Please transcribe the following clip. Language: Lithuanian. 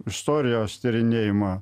istorijos tyrinėjimą